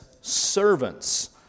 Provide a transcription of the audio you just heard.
servants